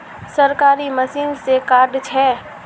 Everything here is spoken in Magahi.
सरकारी मशीन से कार्ड छै?